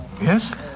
Yes